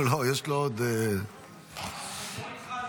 יש לו עוד --- עוד לא התחלתי.